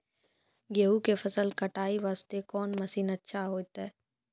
गेहूँ के फसल कटाई वास्ते कोंन मसीन अच्छा होइतै?